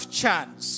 chance